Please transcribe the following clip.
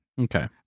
Okay